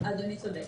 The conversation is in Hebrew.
אדוני צודק.